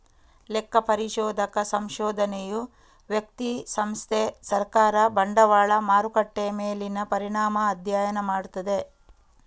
ಲೆಕ್ಕ ಪರಿಶೋಧಕ ಸಂಶೋಧನೆಯು ವ್ಯಕ್ತಿ, ಸಂಸ್ಥೆ, ಸರ್ಕಾರ, ಬಂಡವಾಳ ಮಾರುಕಟ್ಟೆ ಮೇಲಿನ ಪರಿಣಾಮ ಅಧ್ಯಯನ ಮಾಡ್ತದೆ